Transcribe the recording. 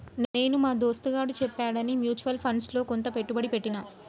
నేను మా దోస్తుగాడు చెప్పాడని మ్యూచువల్ ఫండ్స్ లో కొంత పెట్టుబడి పెట్టిన